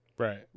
Right